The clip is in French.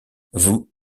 vous